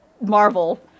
Marvel